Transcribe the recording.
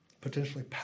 potentially